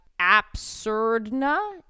Absurdna